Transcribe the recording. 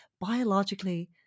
biologically